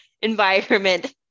environment